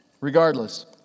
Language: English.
Regardless